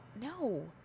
No